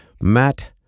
Matt